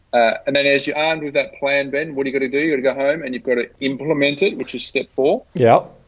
and then as you, and with that plan, then what are you going to do? you gonna go home and you've got to implement it, which is step four. yup.